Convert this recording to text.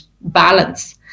balance